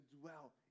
dwell